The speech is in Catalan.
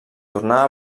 tornar